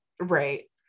Right